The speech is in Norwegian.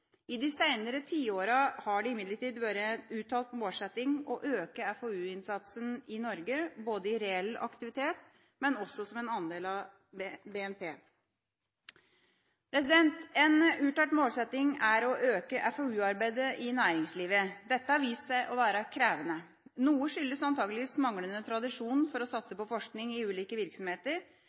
I de senere tiårene har det imidlertid vært en uttalt målsetting å øke FoU-innsatsen i Norge, både i reell aktivitet og som en andel av BNP. En uttalt målsetting er å øke FoU-arbeidet i næringslivet. Dette har vist seg å være krevende. Noe skyldes antakeligvis manglende tradisjon for å satse på forskning i ulike virksomheter,